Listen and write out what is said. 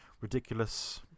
ridiculous